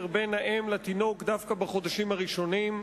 בין האם לתינוק דווקא בחודשים הראשונים,